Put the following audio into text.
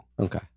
Okay